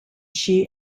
she